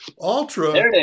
Ultra